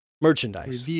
Merchandise